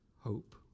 hope